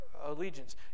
allegiance